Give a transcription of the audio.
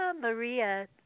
Maria